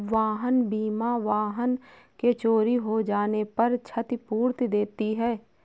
वाहन बीमा वाहन के चोरी हो जाने पर क्षतिपूर्ति देती है